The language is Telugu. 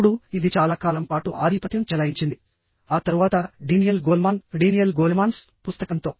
ఇప్పుడు ఇది చాలా కాలం పాటు ఆధిపత్యం చెలాయించింది ఆ తరువాత డేనియల్ గోల్మాన్ Daniel Goleman's పుస్తకంతో